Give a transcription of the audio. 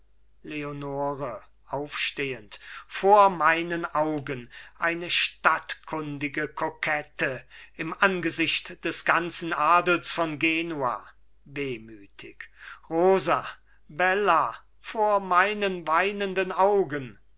leonore aufstehend vor meinen augen eine stadtkundige kokette im angesicht des ganzen adels von genua wehmütig rosa bella und vor meinen weinenden augen